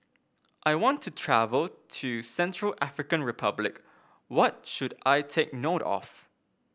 I want to travel to Central African Republic what should I take note of